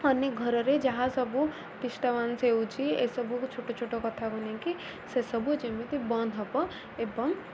ଅନେକ ଘରରେ ଯାହା ସବୁ ଡିଷ୍ଟବାନ୍ସ ହେଉଛି ଏସବୁକୁ ଛୋଟ ଛୋଟ କଥାକୁ ନେଇକି ସେସବୁ ଯେମିତି ବନ୍ଦ ହବ ଏବଂ